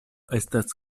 estas